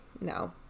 no